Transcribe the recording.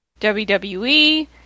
wwe